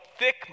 thick